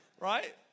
Right